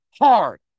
hard